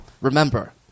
Remember